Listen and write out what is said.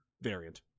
variant